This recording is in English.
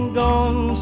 gone